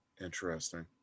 Interesting